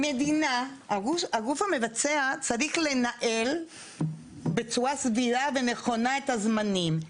הגוף המבצע צריך לנהל בצורה סבירה ונכונה את הזמנים.